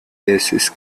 basis